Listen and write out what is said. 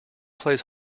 plays